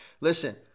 Listen